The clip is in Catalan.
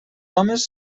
homes